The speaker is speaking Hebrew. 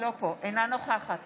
אינה נוכחת